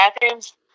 bathrooms